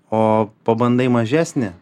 o pabandai mažesnį